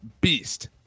Beast